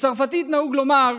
בצרפתית נהוג לומר: